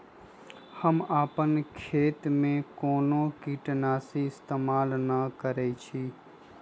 हम अपन खेत में कोनो किटनाशी इस्तमाल न करई छी